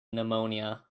pneumonia